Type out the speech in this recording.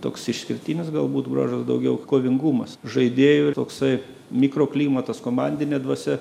toks išskirtinis galbūt bruožas daugiau kovingumas žaidėjų toksai mikroklimatas komandinė dvasia